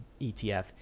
ETF